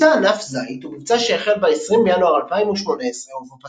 מבצע ענף זית הוא מבצע שהחל ב-20 בינואר 2018 ובו